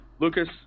Lucas